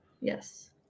Yes